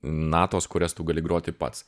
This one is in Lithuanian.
natos kurias tu gali groti pats